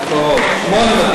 כבוד השר,